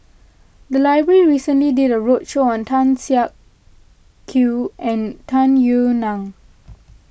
the library recently did a roadshow on Tan Siak Kew and Tung Yue Nang